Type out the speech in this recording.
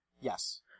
Yes